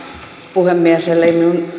puhemies elleivät